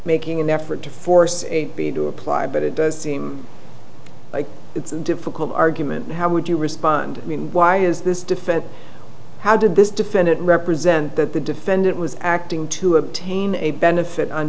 making an effort to force a b to apply but it does seem like it's a difficult argument how would you respond i mean why is this defense how did this defendant represent that the defendant was acting to obtain a benefit on